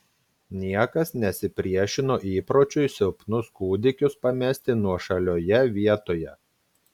niekas nesipriešino įpročiui silpnus kūdikius pamesti nuošalioje vietoje